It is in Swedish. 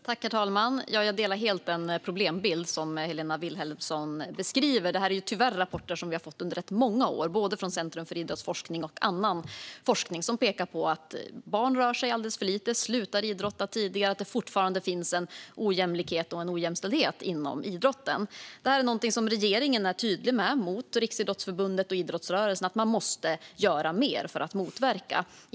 Herr talman! Jag delar helt den problembild som Helena Vilhelmsson beskriver. Sådana här rapporter har vi tyvärr fått under rätt många år från Centrum för idrottsforskning och från annan forskning som pekar på att barn rör sig alldeles för lite, slutar idrotta tidigare och att det fortfarande finns en ojämlikhet och en ojämställdhet inom idrotten. Regeringen är tydlig mot Riksidrottsförbundet och idrottsrörelsen med att man måste göra mer för att motverka detta.